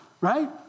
right